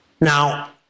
Now